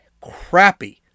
crappy